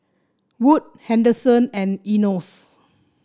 Wood Henderson and Enos